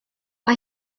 mae